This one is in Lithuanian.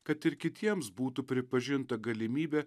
kad ir kitiems būtų pripažinta galimybė